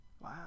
wow